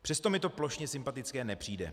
Přesto mi to plošně sympatické nepřijde.